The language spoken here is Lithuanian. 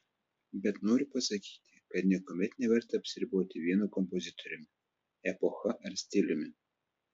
bet noriu pasakyti kad niekuomet neverta apsiriboti vienu kompozitoriumi epocha ar stiliumi